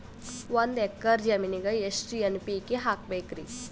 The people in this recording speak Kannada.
ಒಂದ್ ಎಕ್ಕರ ಜಮೀನಗ ಎಷ್ಟು ಎನ್.ಪಿ.ಕೆ ಹಾಕಬೇಕರಿ?